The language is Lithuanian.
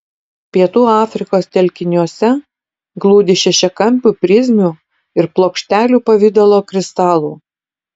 pietų afrikos telkiniuose glūdi šešiakampių prizmių ir plokštelių pavidalo kristalų